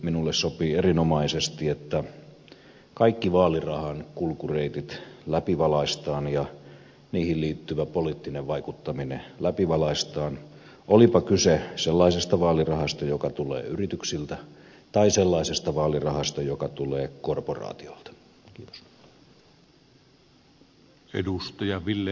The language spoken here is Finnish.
minulle sopii erinomaisesti että kaikki vaalirahan kulkureitit läpivalaistaan ja niihin liittyvä poliittinen vaikuttaminen läpivalaistaan olipa kyse sellaisesta vaalirahasta joka tulee yrityksiltä tai sellaisesta vaalirahasta joka tulee korporaatiolta